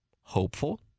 hopeful